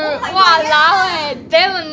oh my god ya